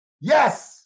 Yes